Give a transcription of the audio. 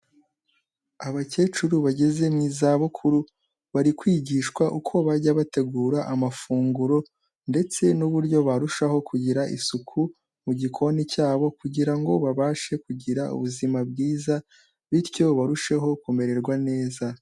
Abakecuru bageze mu zabukuru bari kwigishwa uko bajya bategura amafunguro ndetse n'uburyo barushaho kugira isuku mu gikoni cyabo, kugira ngo babashe kugira ubuzima bwiza, bityo barusheho kumererwa neza.